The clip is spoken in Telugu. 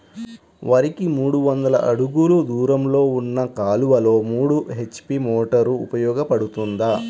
వరికి మూడు వందల అడుగులు దూరంలో ఉన్న కాలువలో మూడు హెచ్.పీ మోటార్ ఉపయోగపడుతుందా?